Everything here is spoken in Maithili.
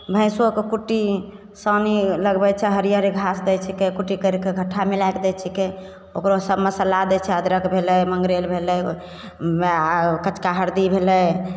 भैँसोके कुट्टी सानी लगबै छै हरिअरी घास दै छिकै कुट्टी करिके घट्ठा मिलैके दै छिकै ओकरो सब मसल्ला दै छै अदरक भेलै मँगरैल भेलै वएह कचका हरदी भेलै